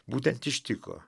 būtent ištiko